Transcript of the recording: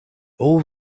all